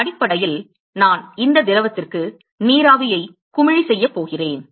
அடிப்படையில் நான் இந்த திரவத்திற்கு நீராவியை குமிழி செய்யப் போகிறேன்